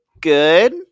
good